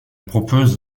propose